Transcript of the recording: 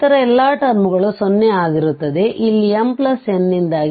ಇತರ ಎಲ್ಲಾ ಟರ್ಮ್ ಗಳು 0 ಆಗಿರುತ್ತವೆ